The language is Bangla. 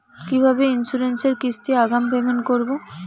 কিভাবে ইন্সুরেন্স এর কিস্তি আগাম পেমেন্ট করবো?